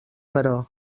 però